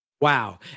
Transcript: Wow